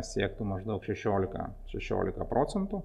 siektų maždaug šešiolika šešiolika procentų